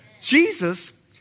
Jesus